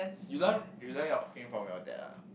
you learn you learn your cooking from your dad ah